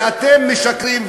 אתם משקרים,